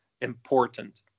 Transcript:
important